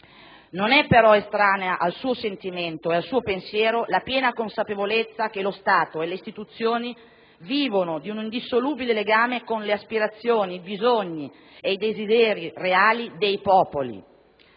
Non è però estranea al suo sentimento e al suo pensiero la piena consapevolezza che lo Stato e le istituzioni vivono di un indissolubile legame con le aspirazioni, i bisogni e i desideri reali dei popoli.